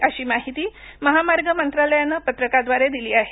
अशी माहिती महामार्ग मंत्रालयानं पत्रकाद्वारे दिली आहे